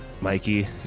Mikey